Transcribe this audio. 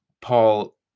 Paul